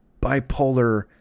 bipolar